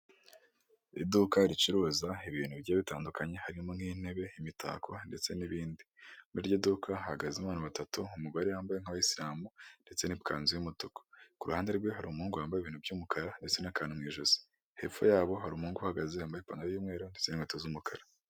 Iduka ricuruza ibintu bigiye bitandukanye harimo nk'intebe, imitako, ndetse n'ibindi, muri iryo duka hahagazemo abantu batatu umugore wambaye nk'abayisiramu, ndetse n'ikanzu y'umutuku ku ruhande rwe hari umuhungu wambaye ibintu by'umukara ndetse n'akantu mu ijosi, hepfo yabo hari umuhungu uhahagaze yambaye ipantaro y'umweru ndetse n'inkweto z'umukara.